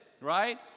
right